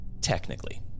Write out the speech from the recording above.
Technically